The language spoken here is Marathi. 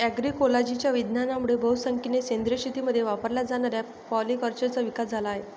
अग्रोइकोलॉजीच्या विज्ञानामुळे बहुसंख्येने सेंद्रिय शेतीमध्ये वापरल्या जाणाऱ्या पॉलीकल्चरचा विकास झाला आहे